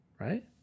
right